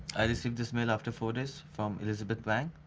i received this email after four days from elizabeth wang.